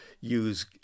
use